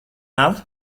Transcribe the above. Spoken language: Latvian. nav